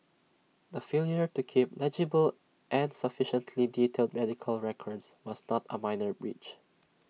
the failure to keep legible and sufficiently detailed medical records was not A minor breach